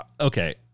Okay